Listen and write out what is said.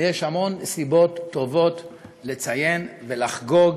ויש המון סיבות טובות לציין ולחגוג